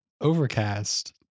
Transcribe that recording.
overcast